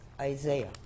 Isaiah